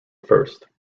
first